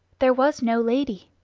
there was no lady.